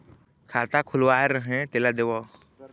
खाता खुलवाय रहे तेला देव?